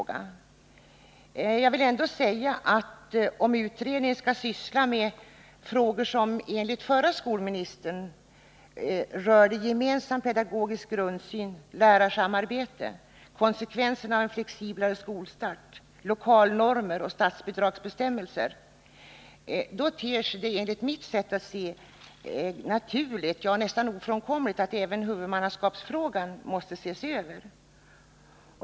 Men jag vill ändå säga att om utredningen skall syssla med frågor som enligt den förra skolministern rör gemensam pedagogisk grundsyn, lärarsamarbete, konsekvensen av en flexiblare skolstart, lokalnormer och statsbidragsbestämmelser, ter det sig enligt mitt sätt att se naturligt — ja, nästan ofrånkomligt — att även huvudmannaskapsfrågan måste ses över.